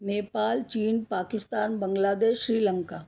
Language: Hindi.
नेपाल चीन पाकिस्तान बंग्लादेश श्रीलंका